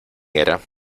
era